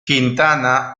quintana